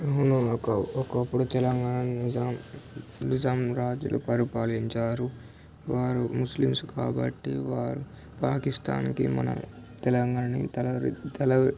అవును అనుకో ఒకప్పుడు తెలంగాణ నిజాం నిజాం రాజులు పరిపాలించారు వారు ముస్లింసు కాబట్టి వారు పాకిస్తాన్కి మనం తెలంగాణని తరలి తరలి